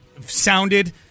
sounded